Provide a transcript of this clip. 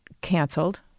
canceled